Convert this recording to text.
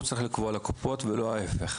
הוא צריך לקבוע לקופות ולא ההיפך.